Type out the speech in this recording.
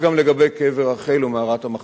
כך גם לגבי קבר רחל ומערת המכפלה.